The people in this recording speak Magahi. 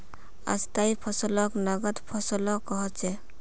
स्थाई फसलक नगद फसलो कह छेक